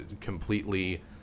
completely